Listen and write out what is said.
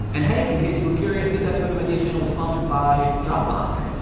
and hey, in case you were curious, this episode of idea channel was sponsored by dropbox.